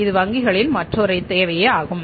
இது வங்கிகளின் மற்றொரு தேவை ஆகும்